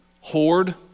hoard